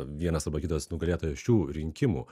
vienas arba kitas nugalėtojas šių rinkimų